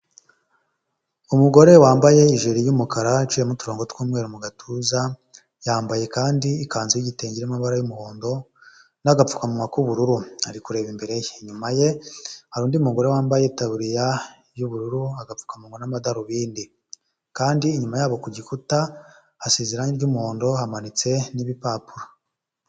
Umugore wambaye ijiri y'umukara iciyemo uturongo tw'umweru mu gatuza, yambaye kandi ikanzu yigisengenge irimo amabara y'umuhondo n'agapfukamuwa k'ubururu ari kureba imbere ye, inyuma ye hari undi mugore wambaye itaburiya y'ubururu, agapfukamuwa n'amadarubindi kandi inyuma yabo ku gikuta hasize irange ry'umuhondo, hamanitse n'ibipapuro.